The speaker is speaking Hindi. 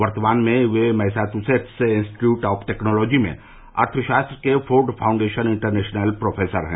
वर्तमान में वे मैसाचुसेट्स इंस्टिट्यूट ऑफ टेक्नॉलोजी में अर्थशास्त्र के फोर्ड फाउंडेशन इंटरनेशनल प्रोफेसर हैं